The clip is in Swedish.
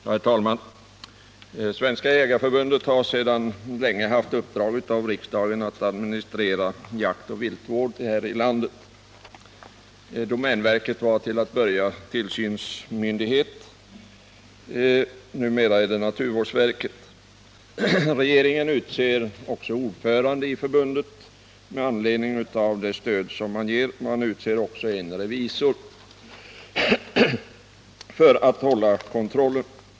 Herr talman! Svenska jägareförbundet har sedan länge haft i uppdrag av riksdagen att administrera jaktoch viltvård här i landet. Domänverket var till en början tillsynsmyndighet. Numera är det naturvårdsverket. Med anledning av det stöd som staten ger utser regeringen ordförande i förbundet. Regeringen utser också en revisor för att utöva kontroll.